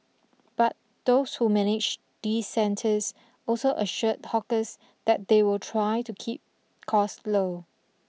but those who manage these centres also assured hawkers that they'll try to keep cost low